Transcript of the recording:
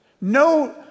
No